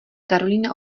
karolína